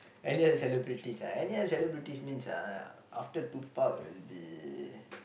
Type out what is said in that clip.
any other celebrities ah any other celebrities means (uh)after Tupac will be